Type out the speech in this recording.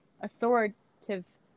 authoritative